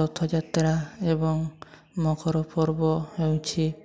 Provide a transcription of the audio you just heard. ରଥଯାତ୍ରା ଏବଂ ମକର ପର୍ବ ହେଉଛି